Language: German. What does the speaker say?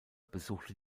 besuchte